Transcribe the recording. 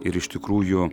ir iš tikrųjų